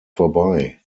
vorbei